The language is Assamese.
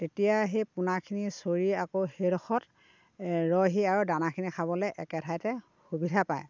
তেতিয়া সেই পোনাখিনি চৰি আকৌ সেইডোখৰত ৰয়হি আৰু দানাখিনি খাবলৈ এক ঠাইতে সুবিধা পায়